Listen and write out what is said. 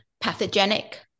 pathogenic